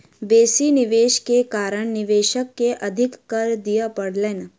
बेसी निवेश के कारण निवेशक के अधिक कर दिअ पड़लैन